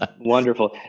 wonderful